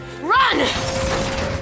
Run